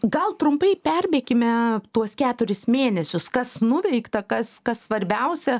gal trumpai perbėkime tuos keturis mėnesius kas nuveikta kas kas svarbiausia